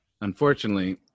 unfortunately